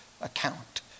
account